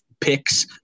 picks